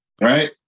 Right